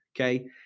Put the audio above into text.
Okay